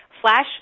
flash